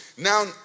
Now